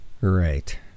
Right